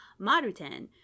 Maruten